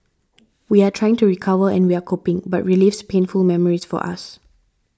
we're trying to recover and we're coping but relives painful memories for us